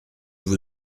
vous